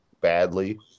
badly